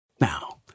Now